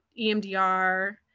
EMDR